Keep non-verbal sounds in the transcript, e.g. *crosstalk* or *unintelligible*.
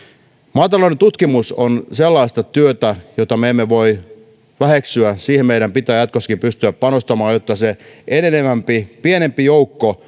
maatalouden tutkimus on sellaista työtä jota me emme voi väheksyä siihen meidän pitää jatkossakin pystyä panostamaan jotta se yhä pienempi joukko *unintelligible*